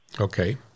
Okay